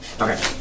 Okay